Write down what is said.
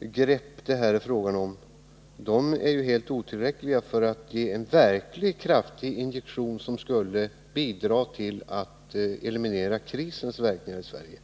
grepp som det här är fråga om är ju helt otillräckliga för att ge en verkligt kraftig injektion, som skulle bidra till att eliminera krisens verkningar i Sverige.